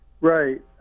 Right